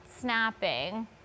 snapping